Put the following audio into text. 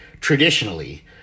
traditionally